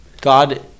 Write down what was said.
God